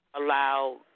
allow